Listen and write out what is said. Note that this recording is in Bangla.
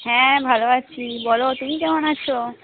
হ্যাঁ ভালো আছি বলো তুমি কেমন আছ